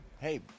hey